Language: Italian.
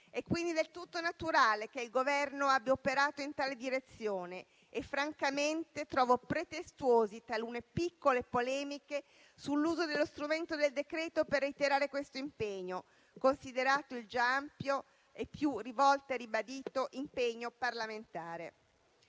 È quindi del tutto naturale che il Governo abbia operato in tale direzione e francamente trovo pretestuose talune piccole polemiche sull'uso dello strumento del decreto-legge per reiterare questo impegno, considerato il già ampio e più volte ribadito impegno parlamentare.